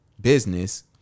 business